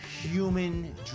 human